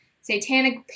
satanic